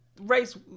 race